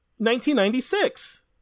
1996